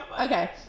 okay